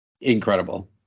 incredible